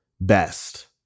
best